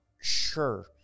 sure